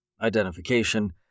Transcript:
Identification